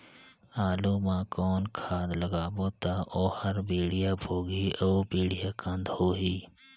आलू मा कौन खाद लगाबो ता ओहार बेडिया भोगही अउ बेडिया कन्द होही?